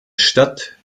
stadt